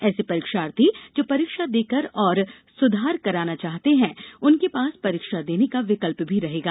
ऐसे परीक्षार्थी जो परीक्षा देकर और सुधार चाहते हैं उनके पास परीक्षा देने का विकल्प भी रहेगा